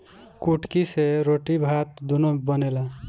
कुटकी से रोटी भात दूनो बनेला